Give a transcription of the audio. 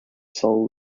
sole